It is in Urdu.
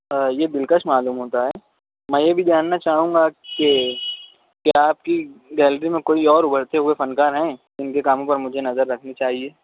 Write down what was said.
یہ دلکش معلوم ہوتا ہے میں یہ بھی جاننا چاہوں گا کہ کیا آپ کی گیلری میں کوئی اورابھرتے ہوئے فنکار ہیں جن کے کاموں پر مجھے نظر رکھنی چاہیے